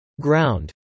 Ground